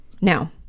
Now